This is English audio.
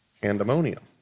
pandemonium